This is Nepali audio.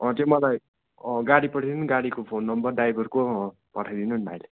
अँ त्यो मलाई अँ गाडी पठाइदिनु गाडीको फोन नम्बर ड्राइभरको पठाइदिनु नि भाइले